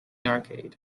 arcade